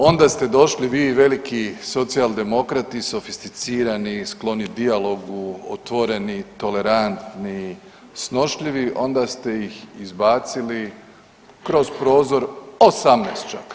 Onda ste došli vi i veliki socijaldemokrati, sofisticirani, skloni dijalogu, otvoreni, tolerantni, snošljivi onda ste ih izbacili kroz prozor 18 čak.